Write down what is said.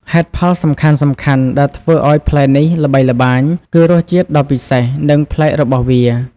ហេតុផលសំខាន់ៗដែលធ្វើឲ្យផ្លែនេះល្បីល្បាញគឺ រសជាតិដ៏ពិសេស និងប្លែក របស់វា។